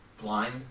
Blind